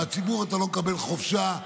מהציבור אתה לא מקבל חופשה,